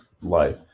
life